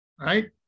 right